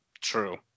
True